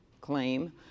claim